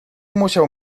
musiał